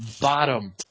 bottom